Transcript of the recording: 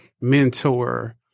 mentor